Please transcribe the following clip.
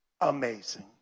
amazing